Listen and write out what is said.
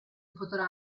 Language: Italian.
potrà